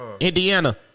Indiana